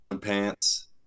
pants